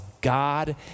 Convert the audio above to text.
God